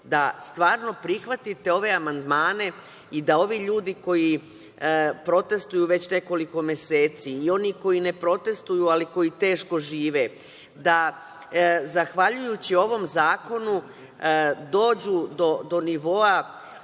da stvarno prihvatite ove amandmane i da ovi ljudi koji protestvuju već nekoliko meseci i oni koji ne protestvuju, ali koji teško žive, da, zahvaljujući ovom zakonu, dođu do nivoa